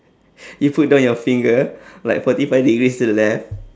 you put down your finger like forty five degrees to the left